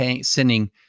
sending